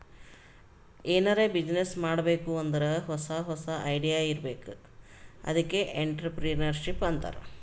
ಎನಾರೇ ಬಿಸಿನ್ನೆಸ್ ಮಾಡ್ಬೇಕ್ ಅಂದುರ್ ಹೊಸಾ ಹೊಸಾ ಐಡಿಯಾ ಇರ್ಬೇಕ್ ಅದ್ಕೆ ಎಂಟ್ರರ್ಪ್ರಿನರ್ಶಿಪ್ ಅಂತಾರ್